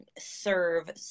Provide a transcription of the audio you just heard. serve